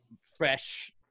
fresh